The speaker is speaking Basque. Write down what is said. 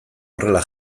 horrela